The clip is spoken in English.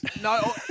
No